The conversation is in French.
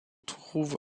trouve